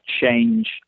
change